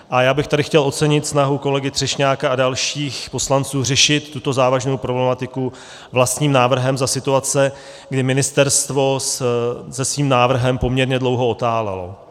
A já bych tady chtěl ocenit snahu kolegy Třešňáka a dalších poslanců řešit tuto závažnou problematiku vlastním návrhem za situace, kdy ministerstvo se svým návrhem poměrně dlouho otálelo.